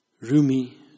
Rumi